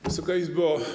Wysoka Izbo!